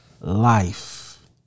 life